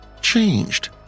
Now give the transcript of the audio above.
changed